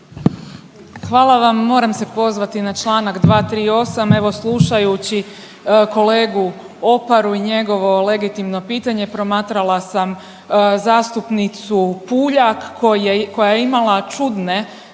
Hvala vam. Moram se pozvati na čl. 238. evo slušajući kolegu Oparu i njegovo legitimno pitanje promatrala sam zastupnicu Puljak koja je imala čudne